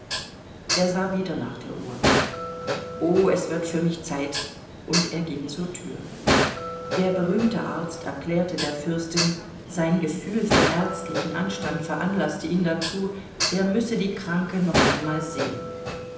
er sah wieder nach der uhr oh es wird für mich zeit und er ging zur tür der berühmte arzt erklärte der fürstin sein gefühl für ärztlichen anstand veranlaßte ihn dazu er müsse die kranke noch einmal sehen